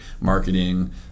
marketing